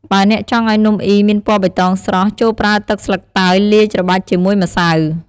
បើអ្នកចង់ឱ្យនំអុីមានពណ៌បៃតងស្រស់ ចូរប្រើទឹកស្លឹកតើយលាយច្របាច់ជាមួយម្សៅ។